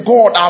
God